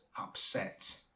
upset